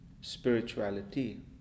spirituality